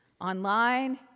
Online